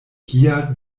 kia